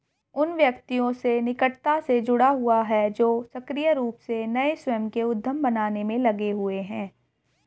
उन व्यक्तियों से निकटता से जुड़ा हुआ है जो सक्रिय रूप से नए स्वयं के उद्यम बनाने में लगे हुए हैं